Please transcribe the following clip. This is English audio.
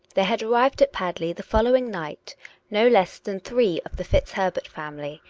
there had arrived at padley the following night no less than three of the fitzherbert family,